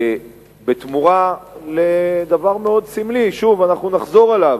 בתמורה לדבר מאוד סמלי, שוב, נחזור עליו,